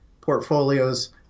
portfolios